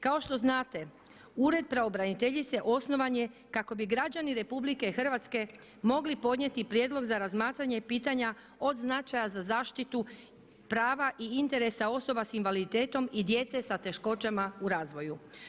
Kao što znate Ured pravobraniteljice osnovan je kako bi građani RH mogli podnijeti prijedlog za razmatranje pitanja od značaja za zaštitu prava i interesa osoba s invaliditetom i djece sa teškoćama u razvoju.